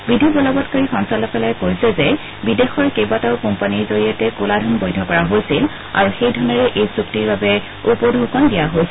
বিধি বলৱৎকাৰী সঞ্চালকালয়ে কৈছে যে বিদেশৰ কেইবাটাও কোম্পানীৰ জৰিয়তে কলা ধন বৈধ কৰা হৈছিল আৰু সেই ধনেৰে এই চূক্তিৰ বাবে উপটৌকন দিয়া হৈছিল